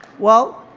well,